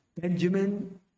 Benjamin